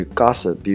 gossip